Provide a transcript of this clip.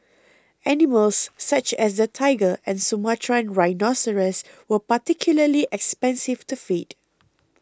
animals such as the tiger and Sumatran rhinoceros were particularly expensive to feed